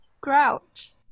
Grouch